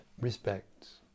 respects